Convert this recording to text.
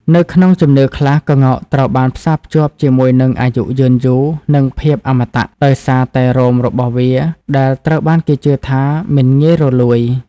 នៅក្នុងជំនឿខ្លះ ក្ងោកត្រូវបានផ្សារភ្ជាប់ជាមួយនឹង អាយុយឺនយូរ និង ភាពអមតៈ ដោយសារតែរោមរបស់វាដែលត្រូវបានគេជឿថាមិនងាយរលួយ។